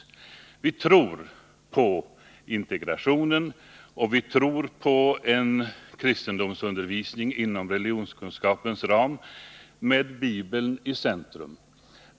Vi tror på integrationen, och vi tror på en kristendomsundervisning inom religionskunskapens ram med Bibeln i centrum.